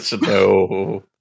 No